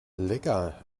lecker